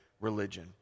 religion